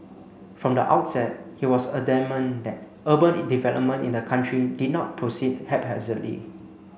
from the outset he was adamant that urban development in the country did not proceed haphazardly